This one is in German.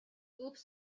obst